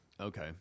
Okay